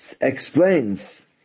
Explains